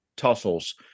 tussles